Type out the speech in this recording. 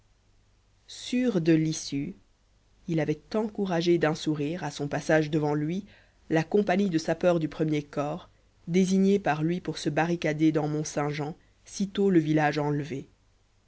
sûr de l'issue il avait encouragé d'un sourire à son passage devant lui la compagnie de sapeurs du premier corps désignée par lui pour se barricader dans mont-saint-jean sitôt le village enlevé